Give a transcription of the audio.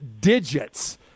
digits